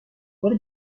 برو